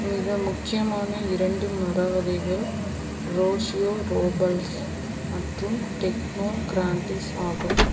மிக முக்கியமான இரண்டு மரவகைகள் ரோஷியோ ரோபல்ஸ் மற்றும் டெக்னோ க்ராண்டிஸ் ஆகும்